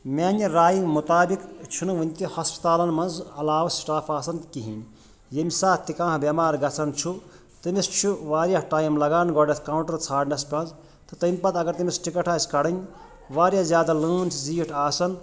میٛانہِ رایِہ مُطابِق چھُنہٕ وٕنہ تہٕ ہسپتالن منٛز علاوٕ سٹاف آسان کِہیٖنۍ ییٚمہِ ساتہٕ تہِ کانٛہہ بٮ۪مار گژھان چھُ تٔمِس چھُ واریاہ ٹایم لگان گۄڈَتھ کاونٛٹر ژھانٛڈنَس منٛز تہٕ تمہِ پتہٕ اگر تٔمِس ٹِکٹ آسہِ کڑٕنۍ واریاہ زیادٕ لٲن چھِ زیٖٹھ آسان